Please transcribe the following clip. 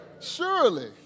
surely